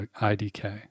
I-D-K